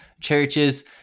churches